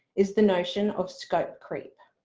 is the notion of scope creep.